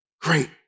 great